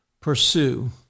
pursue